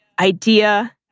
idea